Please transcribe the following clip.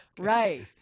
Right